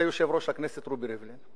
זה יושב-ראש הכנסת רובי ריבלין.